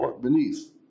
beneath